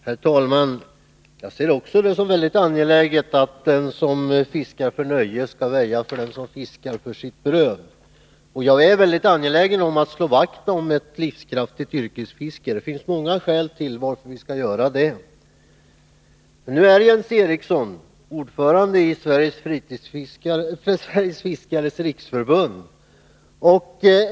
Herr talman! Jag anser det också vara mycket angeläget att den som fiskar för nöjes skull skall väja för den som fiskar för sitt bröd. Jag är mycket angelägen om att slå vakt om ett livskraftigt yrkesfiske. Det finns många skäl till att vi skall göra det. Men nu är Jens Eriksson ordförande i Sveriges fiskares riksförbund.